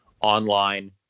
online